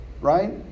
Right